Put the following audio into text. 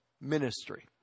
ministry